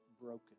broken